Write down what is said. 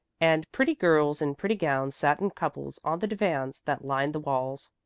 and pretty girls in pretty gowns sat in couples on the divans that lined the walls,